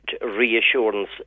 reassurance